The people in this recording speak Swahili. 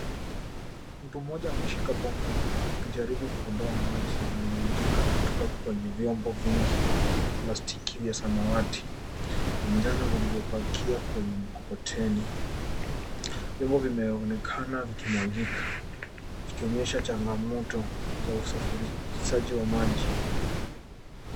Mtu mmoja ameshika bomba, akijaribu kukusanya maji yanayomwagika kutoka kwenye vyombo vingi vya plastiki vya rangi ya samawati na njano vilivyopakiwa kwenye mkokoteni. Vimobi vinaonekana vikimwagika, hali inayoonyesha changamoto za usafirishaji salama wa maji.